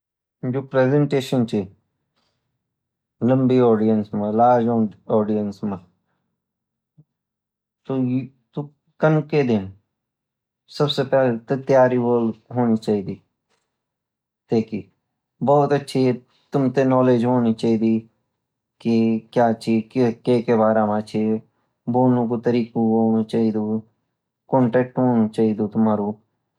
जो प्रेसेंटेशपन ची लम्बी ऑडियंस मा लार्ज ऑडियंस मा सु कण कई देन सबसे पहले तो तयारी होनी चेयड़ी तेकि बहोत अछि तुमको नॉलेज होनी चेदि की क्या चीन केका बारा माची बोल्नु का तृका होणु चयेंदु कांटेक्ट होणु चयेंदु तुम्हरो